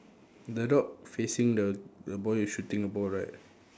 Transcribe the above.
the dog facing the the boy who shooting the ball right